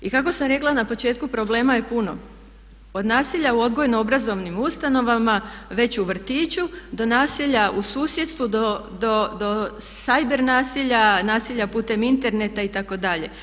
I kako sam rekla na početku problema je puno od nasilja u odgojno-obrazovnim ustanovama, već u vrtiću do naselja u susjedstvu, do cyber naselja, naselja putem interneta itd.